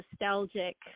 nostalgic